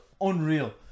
unreal